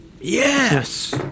Yes